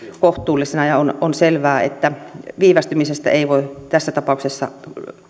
kohtuullisena ja on on selvää että viivästymisestä ei voi tässä tapauksessa